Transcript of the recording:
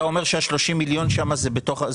אתה אומר שה-30 מיליון זה בתוך.